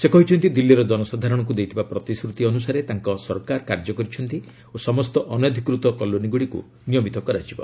ସେ କହିଛନ୍ତି ଦିଲ୍ଲୀର ଜନସାଧାରଣଙ୍କୁ ଦେଇଥିବା ପ୍ରତିଶ୍ରତି ଅନୁସାରେ ତାଙ୍କ ସରକାର କାର୍ଯ୍ୟ କରିଛନ୍ତି ଓ ସମସ୍ତ ଅନଧିକୃତ କଲୋନୀଗୁଡ଼ିକୁ ନିୟମିତ କରାଯିବ